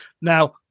Now